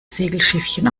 segelschiffchen